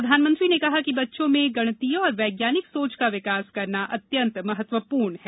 प्रधानमंत्री ने कहा कि बच्चों में गणितीय और वैज्ञानिक सोच का विकास करना अत्यन्त महत्वपूर्ण है